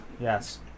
Yes